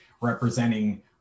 representing